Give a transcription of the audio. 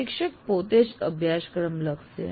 શિક્ષક પોતે જ અભ્યાસક્રમ લખશે